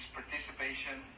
participation